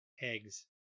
eggs